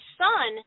son